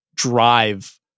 Drive